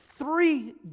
Three